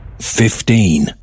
Fifteen